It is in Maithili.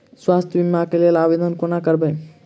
स्वास्थ्य बीमा कऽ लेल आवेदन कोना करबै?